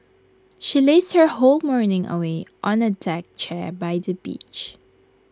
she lazed her whole morning away on A deck chair by the beach